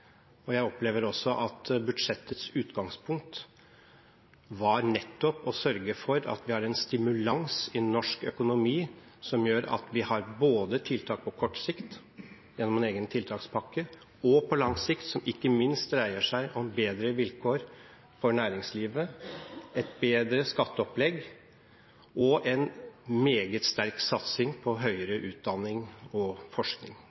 viktig. Jeg opplever også at budsjettets utgangspunkt var nettopp å sørge for at vi har en stimulans i norsk økonomi som gjør at vi både har tiltak på kort sikt gjennom en egen tiltakspakke, og tiltak på lang sikt som ikke minst dreier seg om bedre vilkår for næringslivet, et bedre skatteopplegg og en meget sterk satsing på høyere utdanning og forskning.